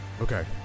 Okay